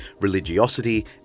religiosity